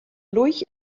lurch